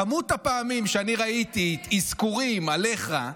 כמות הפעמים שאני ראיתי אזכורים עליך,